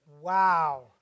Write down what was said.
Wow